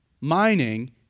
Mining